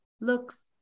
looks